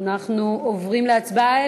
אנחנו עוברים להצבעה,